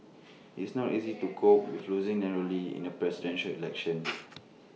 it's not easy to cope with losing narrowly in A Presidential Election